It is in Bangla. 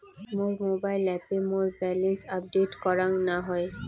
মোর মোবাইল অ্যাপে মোর ব্যালেন্স আপডেট করাং না হই